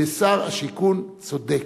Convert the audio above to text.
ושר השיכון צודק.